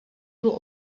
bylo